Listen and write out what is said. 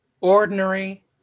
Ordinary